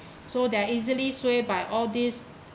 so they are easily swayed by all these